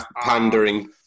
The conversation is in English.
Pandering